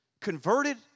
converted